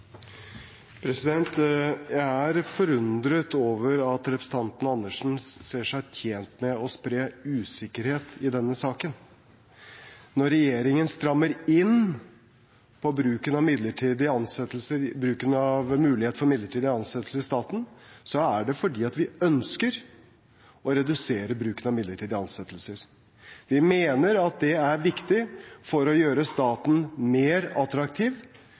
forundret over at representanten Andersen ser seg tjent med å spre usikkerhet i denne saken. Når regjeringen strammer inn på muligheten for midlertidige ansettelser i staten, er det fordi vi ønsker å redusere bruken av midlertidige ansettelser. Vi mener at det er viktig for å gjøre staten mer attraktiv